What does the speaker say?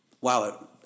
wow